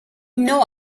know